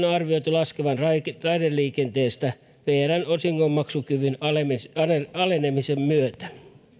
on arvioitu laskevan raideliikenteestä vrn osingonmaksukyvyn alenemisen myötä